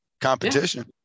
competition